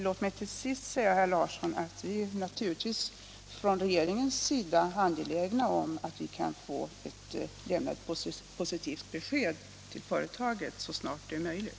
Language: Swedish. Låt mig till sist säga, herr Larsson, att vi från regeringens sida naturligtvis är angelägna om att kunna lämna ett positivt besked till företaget så snart det är möjligt.